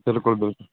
بِلکُل بِلکُل